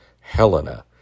Helena